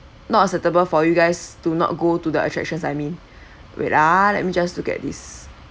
not suitable for you guys to not go to the attractions I mean wait ah let me just look at this